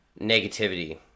negativity